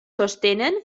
sostenen